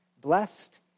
blessed